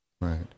Right